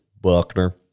Buckner